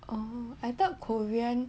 oh I thought korean